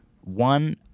One